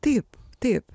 taip taip